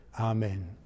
Amen